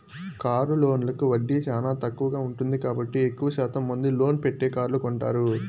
car లోన్లకు వడ్డీ చానా తక్కువగా ఉంటుంది కాబట్టి ఎక్కువ శాతం మంది లోన్ పెట్టే కార్లు కొంటారు